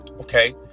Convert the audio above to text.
Okay